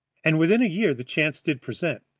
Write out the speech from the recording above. and within a year the chance did present,